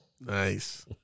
Nice